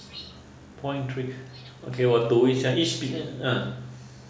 point three okay 我读一下 each peo~ ah